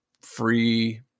free